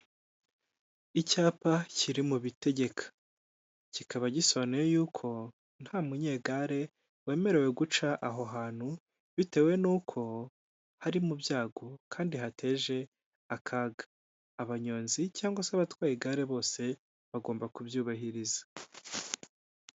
Icyapa kiri mu bitegeka, kikaba gisobanuye yuko nta munyegare wemerewe guca aho hantu, bitewe n'uko ari mu byago kandi hateje akaga, abanyonzi cyangwa se abatwaye igare bose bagomba kubyubahiriza.